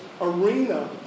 arena